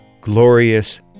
glorious